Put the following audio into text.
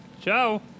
Ciao